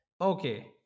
Okay